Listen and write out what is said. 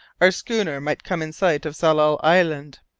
our schooner might come in sight of tsalal island.